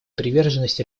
приверженность